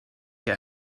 her